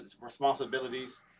responsibilities